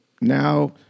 now